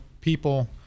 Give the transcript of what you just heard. people